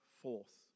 forth